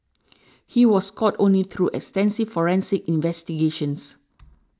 he was caught only through extensive forensic investigations